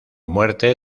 muerte